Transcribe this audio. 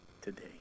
today